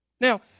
Now